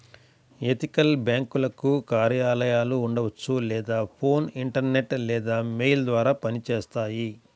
ethical బ్యేంకులకు కార్యాలయాలు ఉండవచ్చు లేదా ఫోన్, ఇంటర్నెట్ లేదా మెయిల్ ద్వారా పనిచేస్తాయి